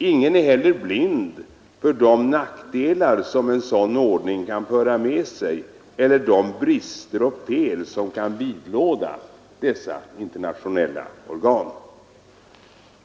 Ingen är blind för de nackdelar som sammanhänger med en sådan ordning eller för de brister och fel som kan vidlåta dessa FN-organ.